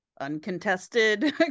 uncontested